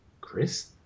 Chris